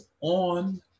on